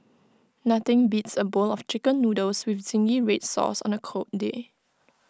nothing beats A bowl of Chicken Noodles with Zingy Red Sauce on A cold day